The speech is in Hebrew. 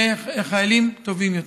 לחיילים טובים יותר.